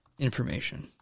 information